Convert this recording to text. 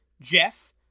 Jeff